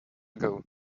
ago